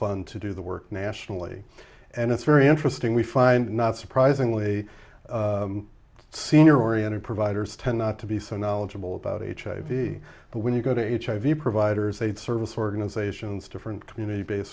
fun to do the work nationally and it's very interesting we find not surprisingly senior oriented providers tend not to be so knowledgeable about hiv but when you go to hiv providers they service organizations different community based